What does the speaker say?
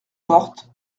portes